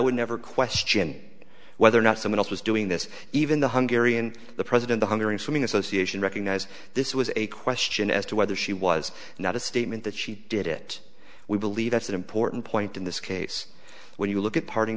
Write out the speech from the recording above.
would never question whether or not someone else was doing this even the hungary and the president the hungaroring swimming association recognized this was a question as to whether she was not a statement that she did it we believe that's an important point in this case when you look at